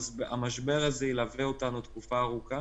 המשבר הזה ילווה אותנו תקופה ארוכה.